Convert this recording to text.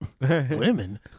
women